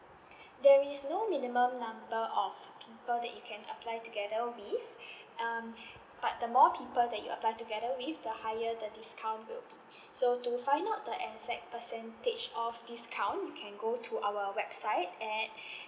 there is no minimum number of people that you can apply together with um but the more people that you apply together with the higher the discount will be so to find out the exact percentage of discount you can go to our website at